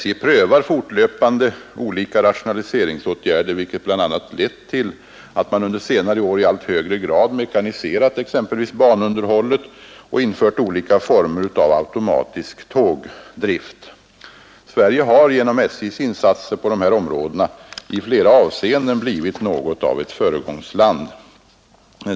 SJ prövar fortlöpande olika rationaliseringsåtgärder, vilket bl.a. lett till att man under senare år i allt högre grad mekaniserat exempelvis banunderhållet och infört olika former av automatisk tågdrift. Sverige har genom SJ:s insatser på det här området i flera avseenden blivit något av ett föregångsland.